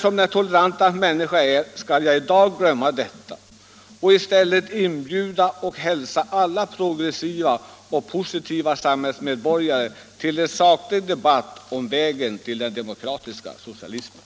Som den toleranta människa jag är skall jag i dag glömma detta och i stället inbjuda och hälsa alla progressiva och positiva samhällsmedborgare välkomna till en saklig debatt om vägen till den demokratiska socialismen.